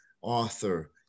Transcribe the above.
author